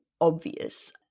obvious